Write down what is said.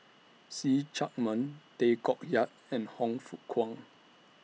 See Chak Mun Tay Koh Yat and Han Fook Kwang